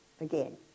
again